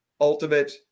ultimate